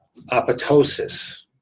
apoptosis